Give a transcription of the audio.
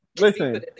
Listen